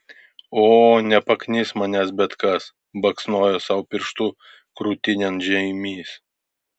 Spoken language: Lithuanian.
o nepaknis manęs bet kas baksnojo sau pirštu krūtinėn žeimys